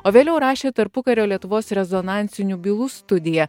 o vėliau rašė tarpukario lietuvos rezonansinių bylų studiją